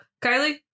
Kylie